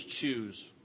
choose